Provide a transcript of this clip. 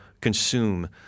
consume